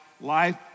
Life